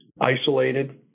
isolated